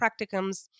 practicums